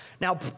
Now